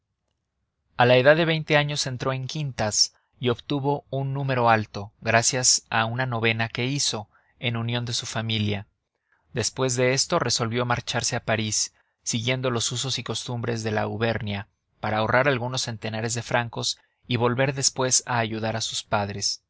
a la edad de veinte años entró en quintas y obtuvo un número alto gracias a una novena que hizo en unión de su familia después de esto resolvió marcharse a parís siguiendo los usos y costumbres de la auvernia para ahorrar algunos centenares de francos y volver después a ayudar a sus padres